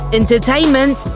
entertainment